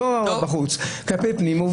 לא בחוץ, כלפי פנים.